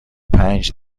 پنج